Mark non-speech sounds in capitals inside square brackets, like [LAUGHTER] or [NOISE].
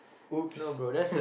!oops! [LAUGHS]